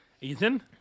Ethan